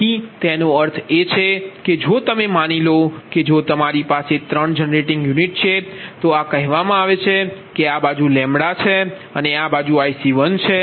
તેથી તેનો અર્થ એ છે કે જો તમે માની લો કે જો મારી પાસે 3 જનરેટિંગ યુનિટ છે તો આ કહેવામાં આવે છે કે આ બાજુ કહે છે અને આ બાજુ IC1 છે